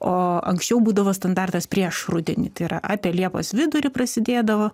o anksčiau būdavo standartas prieš rudenį tai yra apie liepos vidurį prasidėdavo